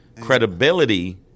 credibility